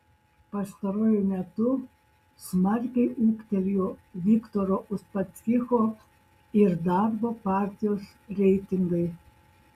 pastaruoju metu smarkiai ūgtelėjo viktoro uspaskicho ir darbo partijos reitingai